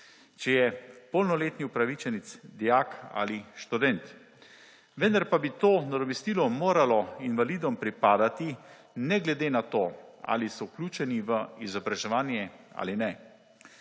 če je polnoletni upravičenec dijak ali študent. Vendar pa bi to nadomestilo moralo invalidom pripadati ne glede na to, ali so vključeni v izobraževanje ali ne.